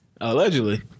allegedly